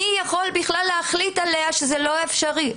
מי יכול בכלל להחליט עליה שזה לא אפשרי?